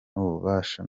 n’ububasha